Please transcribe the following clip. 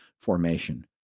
formation